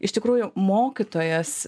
iš tikrųjų mokytojas